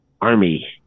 army